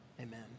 Amen